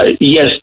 yes